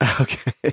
Okay